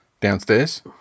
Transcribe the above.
Downstairs